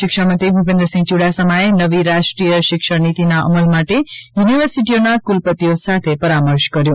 શિક્ષણ મંત્રી ભૂપેન્દ્રસિંહ યુડાસમાએ નવી રાષ્ટ્રીય શિક્ષણ નીતિના અમલ માટે યુનિવર્સિટીઓના ક્રલપતિઓ સાથે પરામર્શ કર્યો